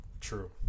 True